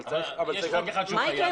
אבל צריך --- יש חוק אחד שהוא חייב,